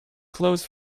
closed